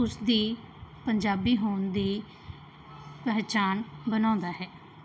ਉਸਦੀ ਪੰਜਾਬੀ ਹੋਣ ਦੀ ਪਹਿਚਾਣ ਬਣਾਉਂਦਾ ਹੈ